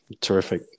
Terrific